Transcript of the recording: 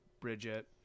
bridget